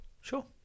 Sure